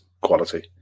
quality